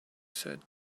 said